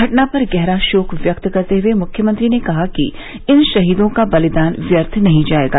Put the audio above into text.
घटना पर गहरा शोक व्यक्त करते हुए मुख्यमंत्री ने कहा कि इन शहीदों का बलिदान व्यर्थ नहीं जायेगा